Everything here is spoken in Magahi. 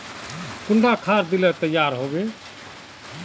कुंडा खाद दिले तैयार होबे बे?